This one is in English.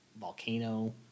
volcano